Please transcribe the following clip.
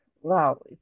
Wow